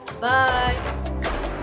Bye